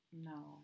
No